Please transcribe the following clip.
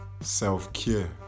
Self-care